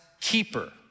keeper